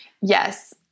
Yes